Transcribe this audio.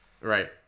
Right